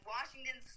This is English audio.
Washington